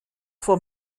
voor